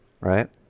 right